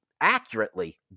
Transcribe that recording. accurately